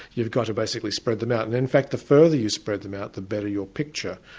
you've got to basically spread them out. and in fact, the further you spread them out, the better your picture.